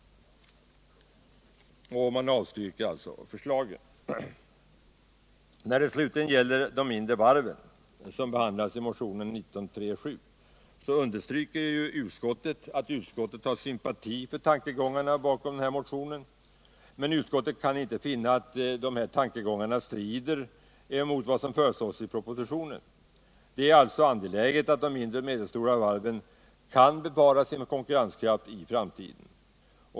Utskottet avstyrker alltså reservationerna 6 och 7. När det slutligen gäller de mindre varven, som behandlas i motionen 1937, understryker utskottet att det har sympati för tankegångarna bakom motionen. Utskottet kan emellertid inte finna att dessa tankegångar strider mot vad som föreslås i propositionen. Det är alltså angeläget att de mindre och medelstora varven kan bevara sin konkurrenskraft i framtiden.